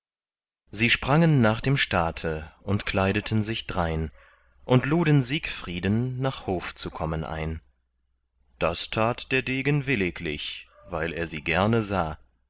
sie sprangen nach dem staate und kleideten sich drein und luden siegfrieden nach hof zu kommen ein das tat der degen williglich weil er sie gerne sah